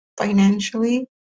financially